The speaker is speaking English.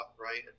right